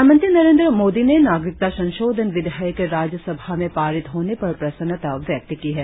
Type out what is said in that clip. प्रधानमंत्री नरेंद्र मोदी ने नागरिकता संशोधन विधेयक राज्यसभा में पारित होने पर प्रसन्नता व्यक्त की है